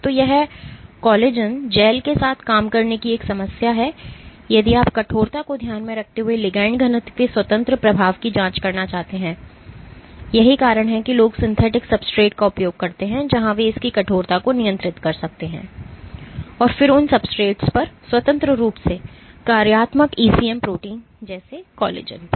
तो यह collagen gel के साथ काम करने की एक समस्या है यदि आप कठोरता को ध्यान में रखते हुए लिगैंड घनत्व के स्वतंत्र प्रभाव की जांच करना चाहते हैं यही कारण है कि लोग सिंथेटिक सब्सट्रेट का उपयोग करते हैं जहां वे इसकी कठोरता को नियंत्रित कर सकते हैं और फिर उन सबस्ट्रेट्स पर स्वतंत्र रूप से कार्यात्मक ईसीएम प्रोटीन जैसे कोलेजन पर